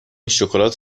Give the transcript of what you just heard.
شکلات